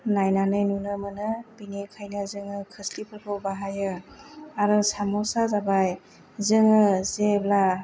नायनानै नुनो मोनो बेनिखायनो जोङो खोस्लिफोरखौ बाहायो आरो सामजा जाबाय जोङो जेब्ला